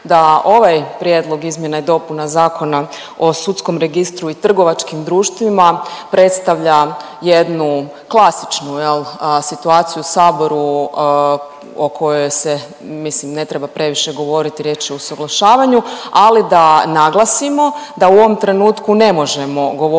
da ovaj Prijedlog izmjena i dopuna Zakona o sudskom registru i trgovačkim društvima predstavlja jednu klasičnu jel situaciju u saboru o kojoj se mislim ne treba previše govoriti riječ je o usuglašavanju, ali da naglasimo da u ovom trenutku ne možemo govoriti